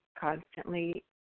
constantly